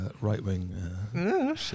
right-wing